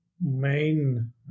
main